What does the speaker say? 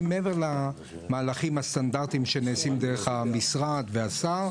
מעבר למהלים הסטנדרטיים שנעשים דרך המשרד והשר.